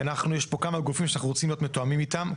כי יש לנו כמה גופים שאנחנו רוצים להיות מתואמים איתם,